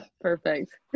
Perfect